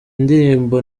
ndirimbo